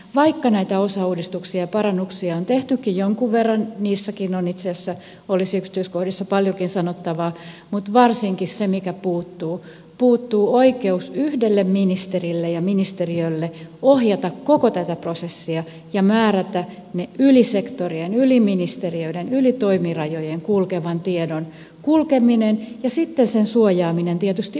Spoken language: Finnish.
vaikka näitä osauudistuksia ja parannuksia on tehtykin jonkun verran niistäkin on itse asiassa yksityiskohdissa paljonkin sanottavaa se mikä varsinkin puuttuu on oikeus yhdelle ministerille ja ministeriölle ohjata koko tätä prosessia ja määrätä yli sektorien yli ministeriöiden yli toimirajojen kulkevan tiedon kulkeminen ja sitten suojata sitä tietysti ulkopuolisilta